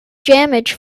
damage